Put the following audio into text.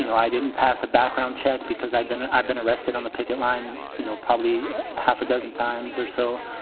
you know i didn't pass a background check because i've been i've been arrested on the picket line. you know, probably half a dozen times or so.